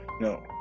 no